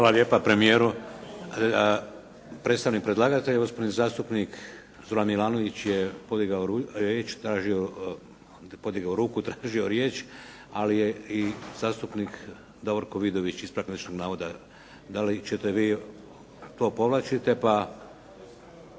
Hvala lijepa premijeru. Predstavnik predlagatelja, gospodin zastupnik Zoran Milanović je podigao riječ, tražio, podigao ruku tražio riječ. Ali je i zastupnik Davorko Vidović, ispravak netočnog navoda. Da li ćete vi, to povlačite pa,